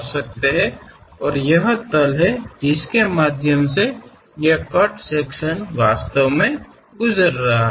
ಸಮಕ್ಷೇತ್ರ ಬಾಗದ ಮೂಲಕ ಈ ಕಟ್ ವಿಭಾಗವು ನಿಜವಾಗಿಯೂ ಹಾದು ಹೋಗುತ್ತದೆ ಮತ್ತು ಆ ವಸ್ತು ಅಲ್ಲಿರುತ್ತದೆ